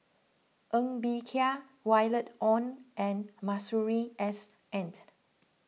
Ng Bee Kia Violet Oon and Masuri S end